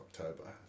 October